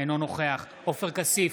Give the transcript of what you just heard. אינו נוכח עופר כסיף,